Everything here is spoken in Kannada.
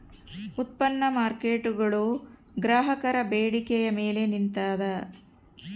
ಉತ್ಪನ್ನ ಮಾರ್ಕೇಟ್ಗುಳು ಗ್ರಾಹಕರ ಬೇಡಿಕೆಯ ಮೇಲೆ ನಿಂತಿದ